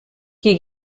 qui